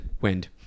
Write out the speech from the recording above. Wind